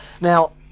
Now